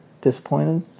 disappointed